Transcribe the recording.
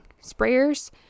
sprayers